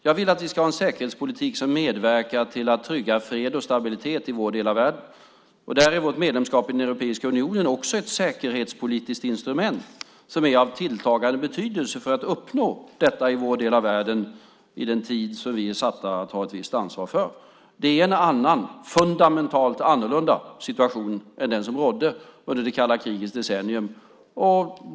Jag vill att vi ska ha en säkerhetspolitik som medverkar till att trygga fred och stabilitet i vår del av världen. Där är vårt medlemskap i Europeiska unionen också ett säkerhetspolitiskt instrument som är av tilltagande betydelse för att uppnå detta i vår del av världen i den tid som vi är satta att ha ett visst ansvar för. Det är en annan, fundamentalt annorlunda, situation än den som rådde under kalla krigets decennier.